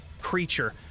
creature